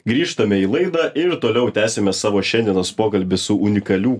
grįžtame į laidą ir toliau tęsiame savo šiandienos pokalbį su unikalių